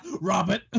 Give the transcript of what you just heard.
Robert